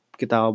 kita